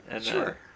Sure